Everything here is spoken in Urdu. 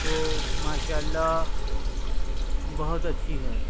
وہ ماشاء اللہ بہت اچھی ہے